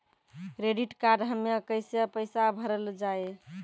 Credit card हम्मे कैसे पैसा भरल जाए?